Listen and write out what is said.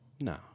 No